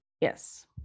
yes